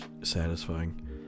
satisfying